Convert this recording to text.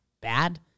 bad